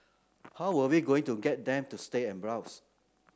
how were we going to get them to stay and browse